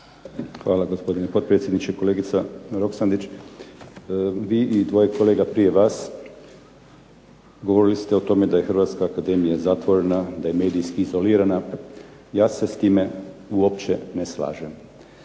Hvala gospodine potpredsjedniče. Kolega Roksandić, vi i dvoje kolega prije vas govorili ste o tome da je hrvatska akademije zatvorena, da je medijski izolirana. Ja se s time uopće ne slažem.